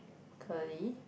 curly